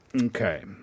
Okay